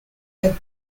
have